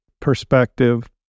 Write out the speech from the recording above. perspective